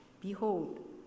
Behold